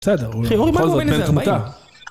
בסדר, הוא חוזר, כן, תמותה.